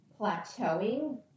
plateauing